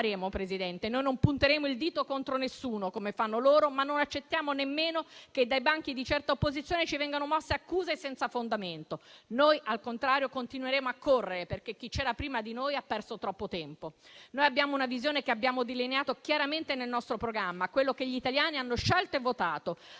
Presidente, noi non punteremo il dito contro nessuno, come fanno loro, ma non accettiamo nemmeno che dai banchi di certa opposizione ci vengano mosse accuse senza fondamento. Noi, al contrario, continueremo a correre, perché chi c'era prima di noi ha perso troppo tempo. Noi abbiamo una visione che abbiamo delineato chiaramente nel nostro programma, quello che gli italiani hanno scelto e votato.